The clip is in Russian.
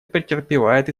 претерпевает